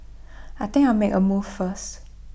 I think make A move first